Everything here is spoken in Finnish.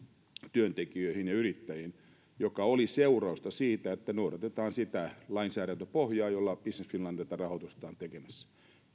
työntekijöihin ja yrittäjiin mikä oli seurausta siitä että noudatetaan sitä lainsäädäntöpohjaa jolla business finland tätä rahoitustaan on tekemässä